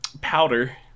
Powder